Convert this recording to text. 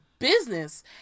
business